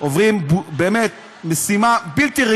ימים ולילות,